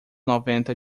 noventa